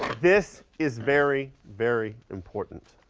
this is very, very important.